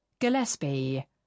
Gillespie